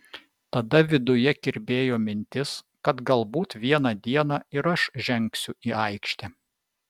tada viduje kirbėjo mintis kad galbūt vieną dieną ir aš žengsiu į aikštę